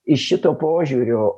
iš šito požiūrio